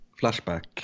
Flashback